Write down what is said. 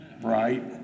right